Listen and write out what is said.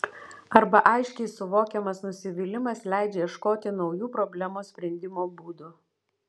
arba aiškiai suvokiamas nusivylimas leidžia ieškoti naujų problemos sprendimo būdų